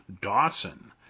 Dawson